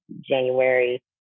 January